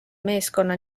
meeskonna